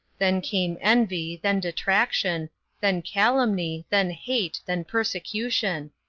then came envy then detraction then calumny then hate then persecution.